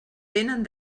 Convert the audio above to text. tenen